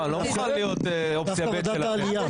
אני לא מוכן להיות אופציה ב' שלכם.